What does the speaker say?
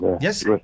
Yes